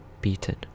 beaten